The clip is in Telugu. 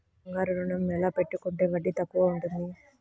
బంగారు ఋణం ఎలా పెట్టుకుంటే వడ్డీ తక్కువ ఉంటుంది?